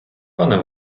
пане